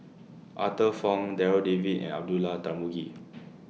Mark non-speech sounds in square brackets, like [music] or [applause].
Arthur Fong Darryl David and Abdullah Tarmugi [noise]